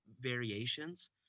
variations